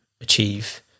achieve